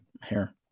hair